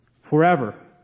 forever